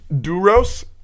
Duros